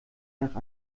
nach